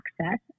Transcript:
access